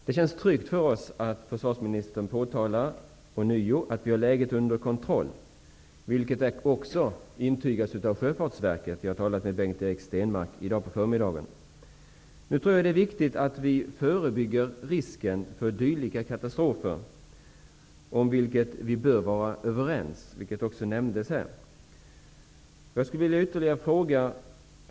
Det känns tryggt för oss att försvarsministern ånyo påtalar att läget är under kontroll, vilket också intygas av Sjöfartsverket. Jag har i dag på förmiddagen talat med Bengt Erik Stenmark. Det är viktigt att vi förebygger risken för dylika katastrofer. Om detta bör vi vara överens, vilket också nämndes här. Jag vill ställa en fråga.